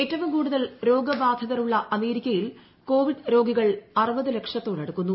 ഏറ്റവും കൂടുതൽ രോഗബാധിതർ ഉള്ള അമേരിക്കയിൽ കോവിഡ് രോഗികൾ അറുപത് ലക്ഷത്തോട് അടുക്കുന്നു